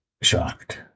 shocked